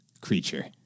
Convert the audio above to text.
creature